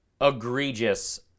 egregious